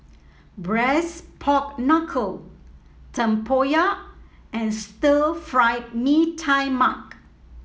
Braised Pork Knuckle tempoyak and Stir Fried Mee Tai Mak